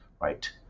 right